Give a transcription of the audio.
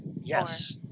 Yes